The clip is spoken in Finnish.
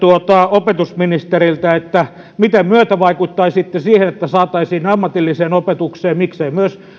opetusministeriltä miten myötävaikuttaisitte siihen että saataisiin ammatilliseen opetukseen miksei myös